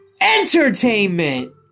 Entertainment